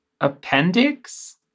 appendix